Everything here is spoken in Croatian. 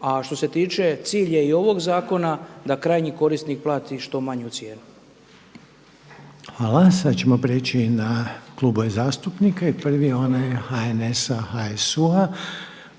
A što se tiče, cilj je i ovog zakona da krajnji korisnik plati što manju cijenu. **Reiner, Željko (HDZ)** Hvala. Sada ćemo prijeći na klubove zastupnika i prvi je onaj HNS-HSU-a